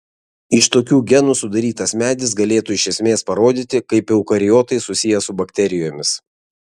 iš tokių genų sudarytas medis galėtų iš esmės parodyti kaip eukariotai susiję su bakterijomis